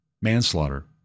manslaughter